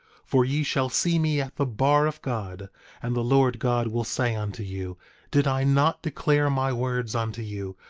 for ye shall see me at the bar of god and the lord god will say unto you did i not declare my words unto you,